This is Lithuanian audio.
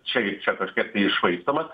čia gi čia kažkiek tai iššvaistomas